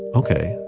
ok,